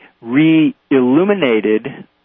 re-illuminated